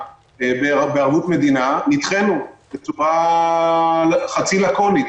בערבות מדינה נדחינו בצורה חצי-לקונית.